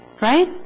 Right